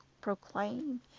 proclaim